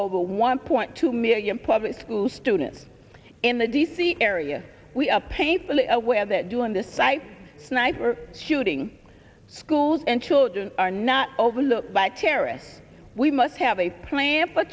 over one point to me public school students in the d c area we are painfully aware that doing this type sniper shooting schools and children are not overlooked by terrorists we must have a plan for